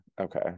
okay